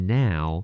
now